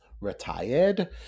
retired